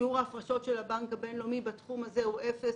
שיעור ההפרשות של הבנק הבינלאומי בתחום הזה הוא אפסי.